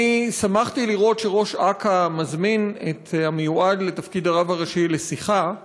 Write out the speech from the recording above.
אני שמחתי לראות שראש אכ"א מזמין את המיועד לתפקיד הרב הראשי לשיחה,